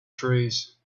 trees